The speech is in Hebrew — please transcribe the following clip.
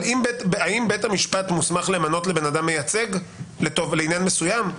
אם בית המשפט מוסמך למנות לבן אדם מייצג לעניין מסוים,